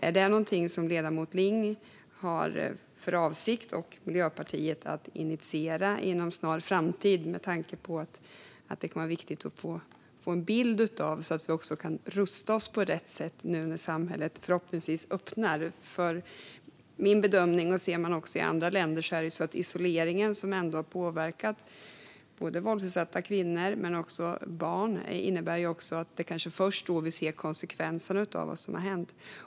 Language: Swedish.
Är det någonting som ledamoten Ling och Miljöpartiet har för avsikt att initiera inom en snar framtid? Det kommer att vara viktigt att få en bild av detta, så att vi kan rusta oss på rätt sätt nu när samhället förhoppningsvis öppnar. Min bedömning - detta ser man också i andra länder - är att isoleringen har påverkat våldsutsatta kvinnor och barn och att det kanske är först då vi ser konsekvenserna av vad som har hänt.